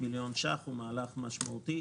הוא מהלך משמעותי.